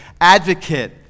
advocate